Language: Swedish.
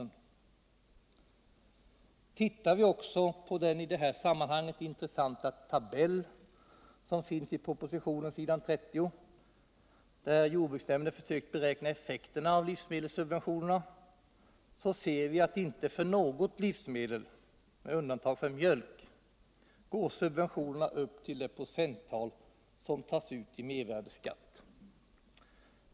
När vi studerar den i det här sammanhanget intressanta tabell, som finns i propositionen s. 30, där jordbruksnämnden försökt beräkna effekterna av livsmedelssubventionerna, så ser vi att inte för något livsmedel — med undantag av mjölk — når subventionerna upp till det procenttal som tas ut i mervärdeskatt.